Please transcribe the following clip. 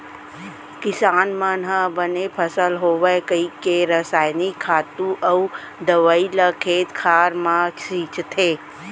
किसान मन ह बने फसल होवय कइके रसायनिक खातू अउ दवइ ल खेत खार म छींचथे